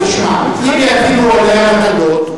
אם יטילו עליה מטלות,